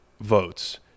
votes